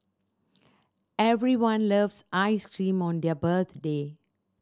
everyone loves ice cream on their birthday